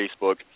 Facebook